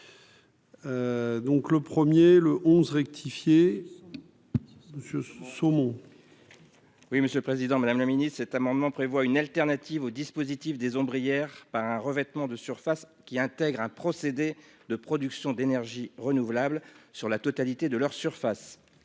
Donc le premier le onze rectifié monsieur saumon. Oui, monsieur le Président, Madame la Ministre, cet amendement prévoit une alternative au dispositif des ombres hier par un revêtement de surface qui intègre un procédé de production d'énergie renouvelable sur la totalité de leur surface